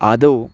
आदौ